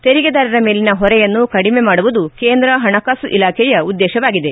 ತೆರಿಗೆದಾರರ ಮೇಲಿನ ಹೊರೆಯನ್ನು ಕಡಿಮೆ ಮಾಡುವುದು ಕೇಂದ್ರ ಹಣಕಾಸು ಇಲಾಖೆಯ ಉದ್ದೇಶವಾಗಿದೆ